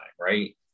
right